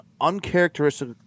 uncharacteristic